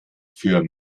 für